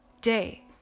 day